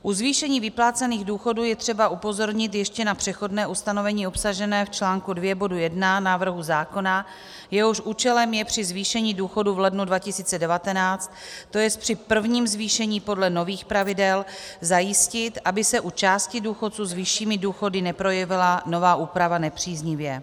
U zvýšení vyplácených důchodů je třeba upozornit ještě na přechodné ustanovení obsažené v článku 2 bodu 1 návrhu zákona, jehož účelem je při zvýšení důchodů v lednu 2019, tj. při prvním zvýšení podle nových pravidel, zajistit, aby se u části důchodců s vyššími důchody neprojevila nová úprava nepříznivě.